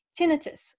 tinnitus